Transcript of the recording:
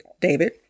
David